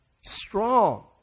strong